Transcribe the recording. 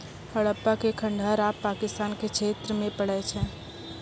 हड़प्पा के खंडहर आब पाकिस्तान के क्षेत्र मे पड़ै छै